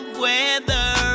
weather